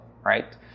Right